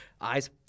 eyes